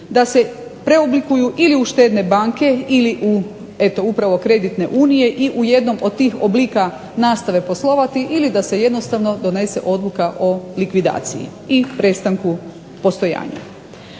da se preoblikuju ili u štedne banke ili u eto upravo kreditne unije i u jednom od tih oblika nastave poslovati ili da se jednostavno donese odluka o likvidaciji i prestanku postojanja.